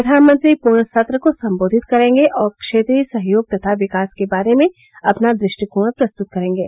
प्रधानमंत्री पूर्ण सत्र को सम्बोधित करेंगे और क्षेत्रीय सहयोग तथा विकास के बारे में अपना दृष्टिकोण प्रस्तुत करेंगे